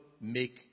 make